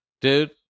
dude